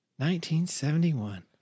1971